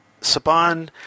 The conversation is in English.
Saban